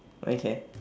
okay